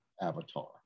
avatar